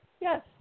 Yes